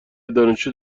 دانشجو